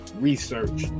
research